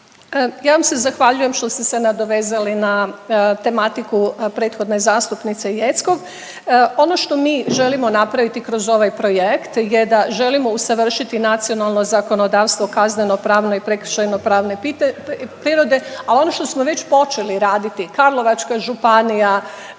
Ja vam se zahvaljujem što ste se nadovezali na tematiku prethodne zastupnice Jeckov. Ono što mi želimo napraviti kroz ovaj projekt je da želimo usavršiti nacionalno zakonodavstvo, kaznenopravno i prekršajno pravne prirode, a ono što smo već počeli raditi Karlovačka županija,